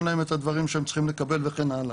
להם את הדברים שהם צריכים לקבל וכן הלאה.